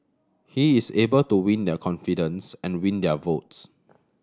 he is able to win their confidence and win their votes